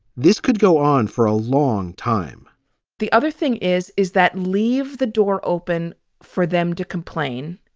this could go on for a long time the other thing is, is that leave the door open for them to complain,